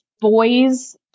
Boys